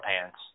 pants